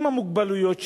עם המוגבלויות שלהם,